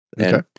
Okay